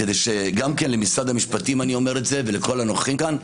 ואני אומר את זה גם למשרד המשפטים ולכל הנוכחים כאן,